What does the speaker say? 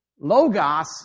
logos